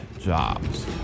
jobs